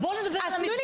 אז בואו נדבר על המסגרות.